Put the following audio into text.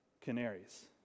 canaries